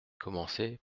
commencée